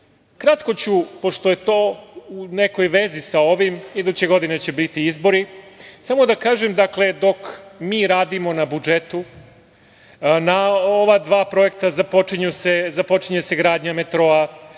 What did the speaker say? Srbije. Kratko ću, pošto je to u nekoj vezi sa ovim, iduće godine će biti izbori, samo da kažem da dok mi radimo na budžetu na ova dva projekta, započinje se gradnja metroa,